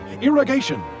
irrigation